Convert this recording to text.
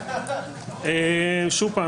שוב פעם,